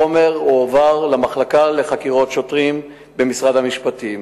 הועבר החומר למחלקה לחקירות שוטרים במשרד המשפטים.